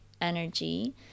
energy